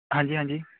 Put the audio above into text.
ਹਾਂਜੀ ਹਾਂਜੀ